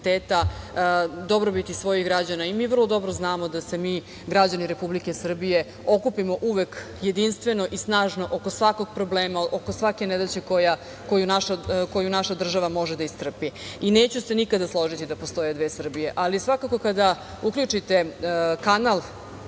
dobrobiti svojih građana i mi vrlo dobro da se mi građani Republike Srbije okupimo uvek jedinstveno i snažno oko svakog problema, oko svake nedaće koju naša država može da istrpi i neću se nikada složiti da postoje dve Srbije, ali svakako kada uključite kanal